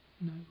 No